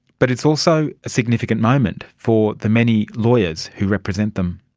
but it's also a significant moment for the many lawyers who represent them.